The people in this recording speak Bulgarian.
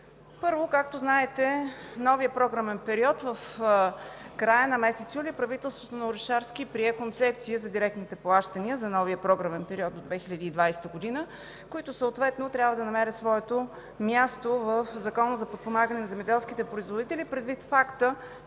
Първо, както знаете, в края на месец юли правителството на Орешарски прие Концепция за директните плащания за новия програмен период до 2020 г., които съответно трябва да намерят своето място в Закона за подпомагане на земеделските производители предвид факта,